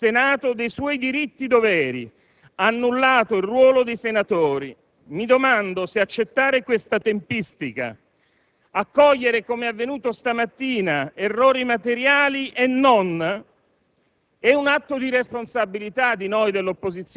Il Governo Prodi ha esautorato il Senato dei propri diritti-doveri ed ha annullato il ruolo dei senatori. Mi domando se accettare tale tempistica ed accogliere - com'è avvenuto stamattina - errori (materiali e non)